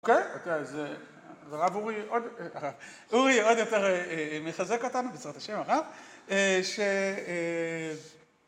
אוקיי, אז הרב אורי עוד יותר מחזק אותנו בעזרת השם אחר.